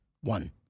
One